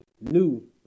new